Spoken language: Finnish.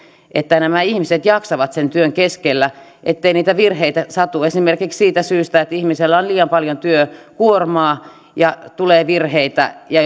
että nämä ihmiset jaksaisivat sen työn keskellä ettei niitä virheitä satu esimerkiksi siitä syystä että ihmisellä on liian paljon työkuormaa ettei tule virheitä ja